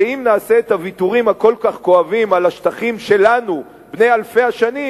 שאם נעשה את הוויתורים הכל-כך כואבים על השטחים שלנו בני אלפי השנים,